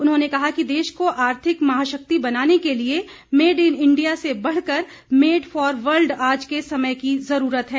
उन्होंने कहा कि देश को आर्थिक महाशक्ति बनाने के लिए मेड इन इंडिया से बढ़कर मेड फॉर वर्ल्ड आज के समय की जरूरत है